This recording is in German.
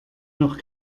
noch